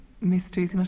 mysteries